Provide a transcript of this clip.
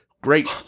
Great